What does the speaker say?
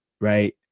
right